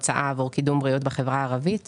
משרד העבודה עבר לרווחה, לא?